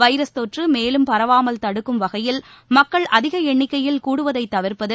virus தொற்று மேலும் பரவாமல் தடுக்கும் வகையில் மக்கள் அதிக எண்ணிக்கையில் கூடுவதை தவிர்ப்பது